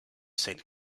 saint